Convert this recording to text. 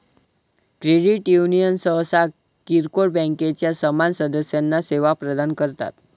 credit union सहसा किरकोळ बँकांच्या समान सदस्यांना सेवा प्रदान करतात